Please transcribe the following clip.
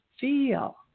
feel